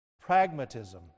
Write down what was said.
pragmatism